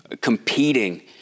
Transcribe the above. competing